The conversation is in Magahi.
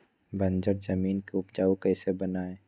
बंजर जमीन को उपजाऊ कैसे बनाय?